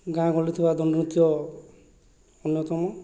ଗାଁ ଗହଳିରେ ଥିବା ଦଣ୍ଡନୃତ୍ୟ ଅନ୍ୟତମ